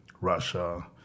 Russia